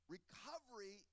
Recovery